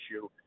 issue